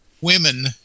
women